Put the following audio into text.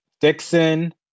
dixon